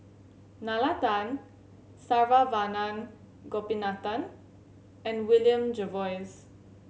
Nalla Tan Saravanan Gopinathan and William Jervois